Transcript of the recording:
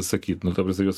sakyt nu ta prasme juos